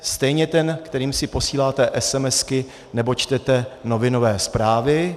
Stejně ten, kterým si posíláte SMS nebo čtete novinové zprávy.